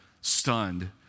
stunned